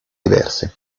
diverse